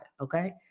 okay